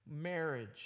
marriage